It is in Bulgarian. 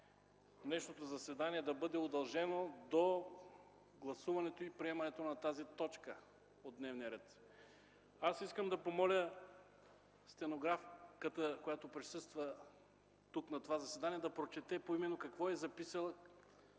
днешното заседание да бъде удължено до гласуването и приемането на тази точка от дневния ред. Аз искам да помоля стенографката, която присъства на това заседание, да прочете поименно какво е записала